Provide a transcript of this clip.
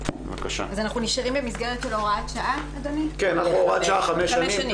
אנחנו נשארים במסגרת של הוראת שעה לחמש שנים.